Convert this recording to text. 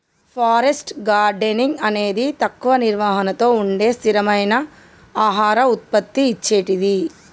forest gardening అనేది తక్కువ నిర్వహణతో ఉండే స్థిరమైన ఆహార ఉత్పత్తి ఇచ్చేటిది